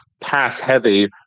pass-heavy